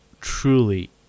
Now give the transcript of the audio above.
truly